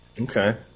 Okay